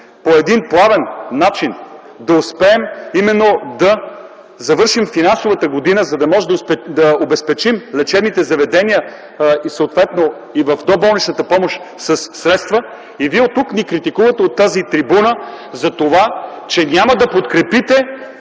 по един плавен начин да успеем да завършим финансовата година, за да можем да обезпечим лечебните заведения, съответно и в доболничната помощ, със средства, а вие тук от тази трибуна ни критикувате за това, че няма да подкрепите